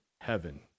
heaven